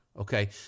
Okay